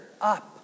up